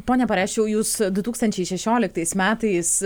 pone perašiau jūs du tūkstančiai šešioliktais metais